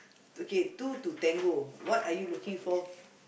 okay two to tango what are you looking for